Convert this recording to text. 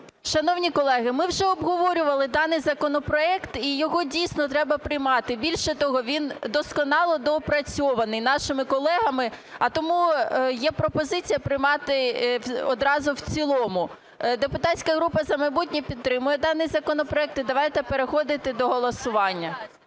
Шановні колеги, ми вже обговорювали даний законопроект, і його дійсно треба приймати. Більше того, він досконало доопрацьований нашими колегами. А тому є пропозиція приймати одразу в цілому. Депутатська група "За майбутнє" підтримує даний законопроект, і давайте переходити до голосування.